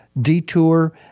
detour